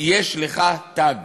"יש לך תג".